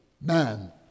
man